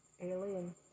alien